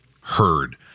heard